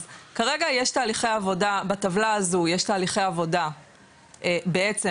כרגע יש בטבלה הזו תהליכי עבודה בעצם